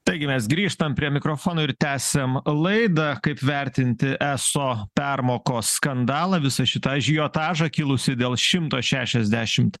taigi mes grįžtam prie mikrofono ir tęsiam laidą kaip vertinti eso permokos skandalą visą šitą ažiotažą kilusį dėl šimto šešiasdešimt